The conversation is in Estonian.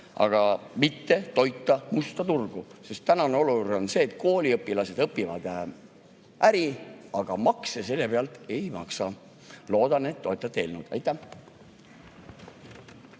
ning mitte toita musta turgu. Sest olukord on praegu selline, et kooliõpilased õpivad äri, aga makse selle pealt ei maksa. Loodan, et toetate eelnõu. Aitäh!